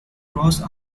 gros